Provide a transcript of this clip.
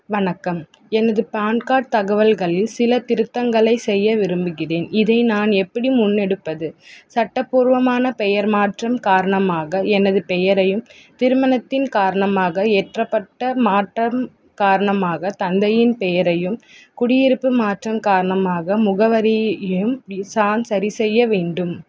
வணக்கம் எனது PAN card தகவல்களில் சில திருத்தங்களை செய்ய விரும்புகிறேன் இதை நான் எப்படி முன்னெடுப்பது சட்டப்பூர்வமான பெயர் மாற்றம் காரணமாக எனது பெயரையும் திருமணத்தின் காரணமாக ஏற்றப்பட்ட மாற்றம் காரணமாக தந்தையின் பெயரையும் குடியிருப்பு மாற்றம் காரணமாக முகவரியையும் விசான் சரிசெய்ய வேண்டும்